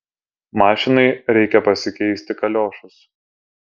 mašinai reikia pasikeisti kaliošus